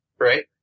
right